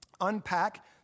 unpack